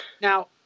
now